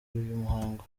muhango